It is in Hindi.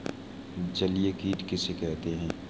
जलीय कीट किसे कहते हैं?